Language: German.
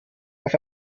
auf